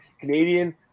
Canadian